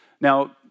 Now